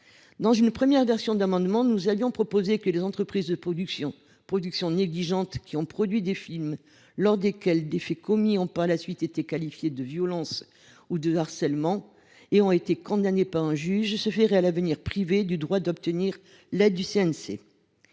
Dans une première version de celui ci, nous avions proposé que les entreprises de production négligentes, qui ont produit des films lors desquels des faits commis ont par la suite été qualifiés de violences ou de harcèlement et ont été condamnés par un juge, se verraient à l’avenir privées du droit d’obtenir l’aide du CNC.